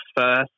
first